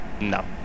No